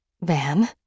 Van